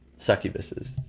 succubuses